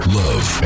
love